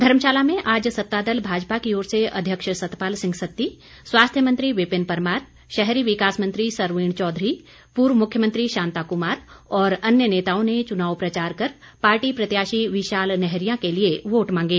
धर्मशाला में आज सत्तादल भाजपा की ओर से अध्यक्ष सतपाल सिंह सत्ती स्वास्थ्य मंत्री विपिन परमार शहरी विकास मंत्री सरवीण चौधरी पूर्व मुख्यमंत्री शांता कुमार और अन्य नेताओं ने चुनाव प्रचार कर पार्टी प्रत्याशी विशाल नैहरिया के लिए वोट मांगे